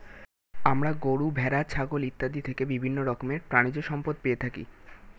আমরা গরু, ভেড়া, ছাগল ইত্যাদি থেকে বিভিন্ন রকমের প্রাণীজ সম্পদ পেয়ে থাকি